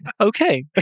Okay